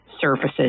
surfaces